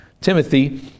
Timothy